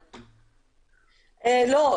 לא.